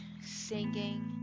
singing